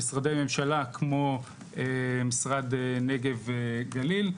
משרדי ממשלה כמו משרד הנגב והגליל.